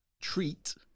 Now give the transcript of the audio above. treat